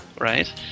Right